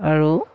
আৰু